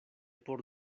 por